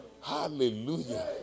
Hallelujah